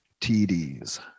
TDs